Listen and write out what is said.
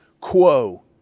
quo